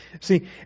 See